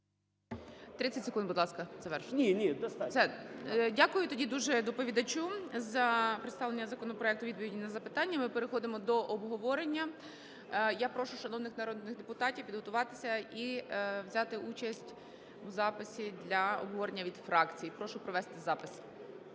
30 секунд, будь ласка, завершуйте. СПІВАКОВСЬКИЙ О.В. Ні-ні, достатньо. ГОЛОВУЮЧИЙ. Дякую тоді дуже доповідачу за представлення законопроекту, відповіді на запитання. Ми переходимо до обговорення. Я прошу шановних народних депутатів підготуватися і взяти участь в записі для обговорення від фракцій. Прошу провести запис.